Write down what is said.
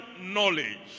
knowledge